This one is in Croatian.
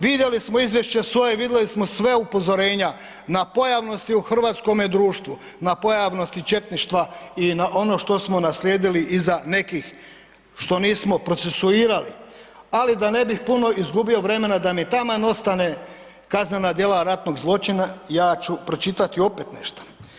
Vidjeli smo izvješće SOA-e, vidjeli smo sva upozorenja na pojavnosti u hrvatskome društvu, na pojavnosti četništva i na ono što smo naslijedili iza nekih što nismo procesuirali ali da ne bih puno izgubio vremena da mi taman ostane kaznena djela ratnog zločina, ja ću pročitat opet nešto.